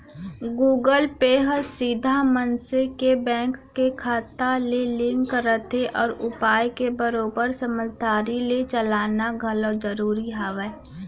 Google pay ह सीधा मनसे के बेंक के खाता ले लिंक रथे उही पाय के बरोबर समझदारी ले चलाना घलौ जरूरी हावय